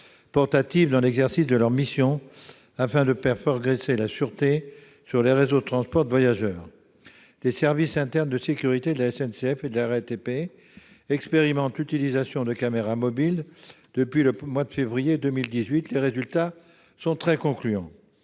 portatives dans l'exercice de leurs missions, afin de faire progresser la sûreté sur les réseaux de transport de voyageurs. Les services internes de sécurité de la SNCF et de la RATP expérimentent l'utilisation de caméras mobiles depuis le mois de février 2018. Les résultats sont très concluants.